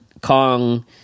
Kong